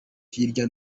hirya